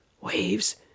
Waves